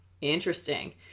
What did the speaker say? Interesting